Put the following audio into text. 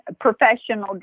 Professional